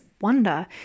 wonder